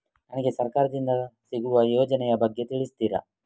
ನನಗೆ ಸರ್ಕಾರ ದಿಂದ ಸಿಗುವ ಯೋಜನೆ ಯ ಬಗ್ಗೆ ತಿಳಿಸುತ್ತೀರಾ?